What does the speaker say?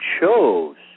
chose